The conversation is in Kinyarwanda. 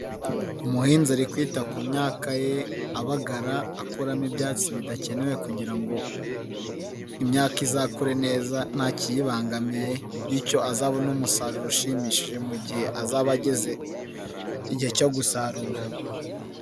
Umuhinzi ari kwita ku myaka ye abagara, akuramo ibyatsi bidakenewe kugira ngo imyaka izakure neza nta kiyibangamiye, bityo azabone umusaruro ushimishije mu gihe azaba ageze igihe cyo gusarura.